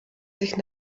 sich